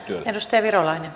arvoisa rouva